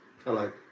hello